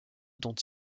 dont